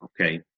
Okay